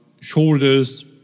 shoulders